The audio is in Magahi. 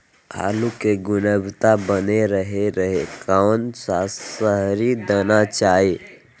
आलू की गुनबता बना रहे रहे कौन सा शहरी दलना चाये?